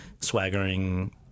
swaggering